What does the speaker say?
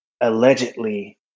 allegedly